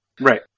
Right